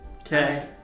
Okay